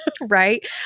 Right